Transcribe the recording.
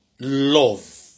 love